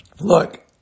Look